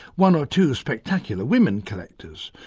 one or two spectacular women collectors.